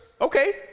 okay